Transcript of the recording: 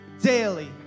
daily